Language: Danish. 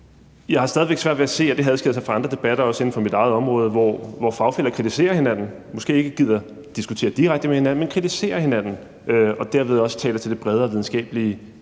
Jeg har stadig væk svært ved at se, at det her adskiller sig fra andre debatter, også inden for mit eget område, hvor fagfæller kritiserer hinanden, hvor de måske ikke gider diskutere direkte med hinanden, men hvor de kritiserer hinanden og derved også taler til det bredere videnskabeligt